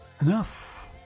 Enough